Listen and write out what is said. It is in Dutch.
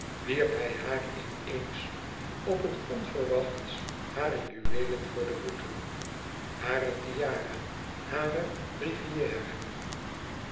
wierp hij haar in eens op het onverwachtst hare juweelen voor de voeten hare tiara hare rivière